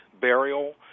burial